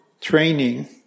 training